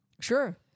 Sure